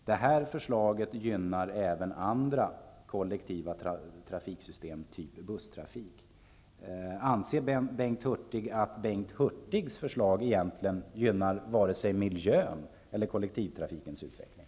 Detta förslag gynner även andra kollektiva trafiksystem, t.ex. busstrafik. Anser Bengt Hurtig att hans förslag egentligen gynnar miljön eller kollektivtrafikens utveckling?